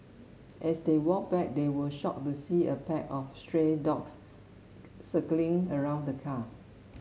as they walked back they were shocked to see a pack of stray dogs circling around the car